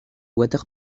water